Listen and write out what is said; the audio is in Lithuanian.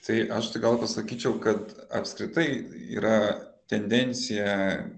tai aš tai gal pasakyčiau kad apskritai yra tendencija